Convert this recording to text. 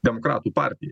demokratų partijai